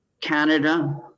Canada